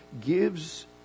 gives